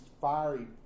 fiery